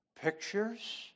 pictures